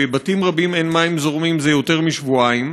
בבתים רבים אין מים זורמים זה יותר משבועיים,